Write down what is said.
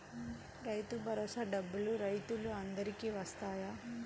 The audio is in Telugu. రైతు భరోసా డబ్బులు రైతులు అందరికి వస్తాయా?